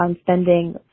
spending